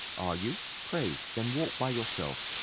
are you? pray then walk by yourselves.